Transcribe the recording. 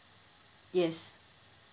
yes